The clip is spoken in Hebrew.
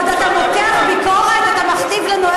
את יכולה להטיף מוסר עד מחר.